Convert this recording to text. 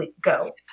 go